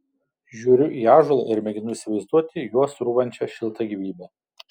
žiūriu į ąžuolą ir mėginu įsivaizduoti juo srūvančią šiltą gyvybę